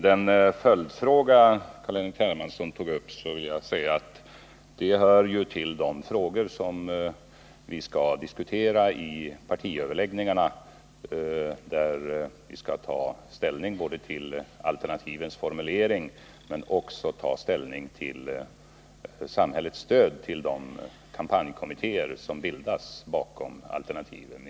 Den följdfråga som Carl-Henrik Hermansson tog upp hör till de frågor vi skall diskutera i partiöverläggningarna, där vi kommer att ta ställning till både alternativens utformning och samhällets stöd till de kampanjkommittéer som bildas bakom alternativen.